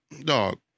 Dog